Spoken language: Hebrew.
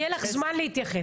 יהיה לך זמן להתייחס.